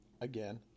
Again